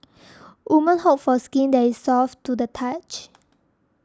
women hope for skin that is soft to the touch